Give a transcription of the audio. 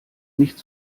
nicht